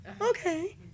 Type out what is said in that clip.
Okay